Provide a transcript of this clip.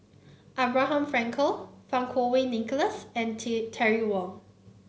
Abraham Frankel Fang Kuo Wei Nicholas and Tin Terry Wong